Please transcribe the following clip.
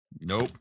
Nope